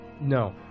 No